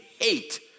hate